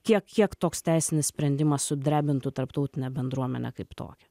kiek kiek toks teisinis sprendimas sudrebintų tarptautinę bendruomenę kaip tokią